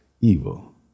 evil